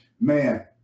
man